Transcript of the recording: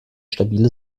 stabile